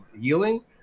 healing